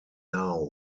now